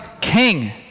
king